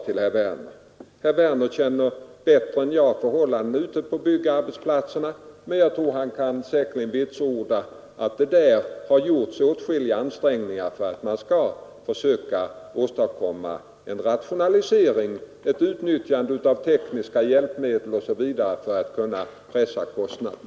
Herr Werner känner bättre än jag förhållandena ute på byggarbetsplatserna, och jag tror att han kan vitsorda att det där har gjorts åtskilliga ansträngningar att å genom utnyttjande av tekniska hjälpmedel osv. för att kunna pressa kostnaden.